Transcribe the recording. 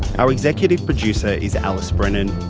our executive producer is alice brennan.